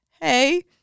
Hey